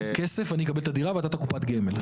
כסף, אני אקבל את הדירה, ואתה את קופת הגמל.